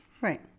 Right